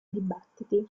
dibattiti